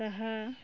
ତାହା